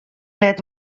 let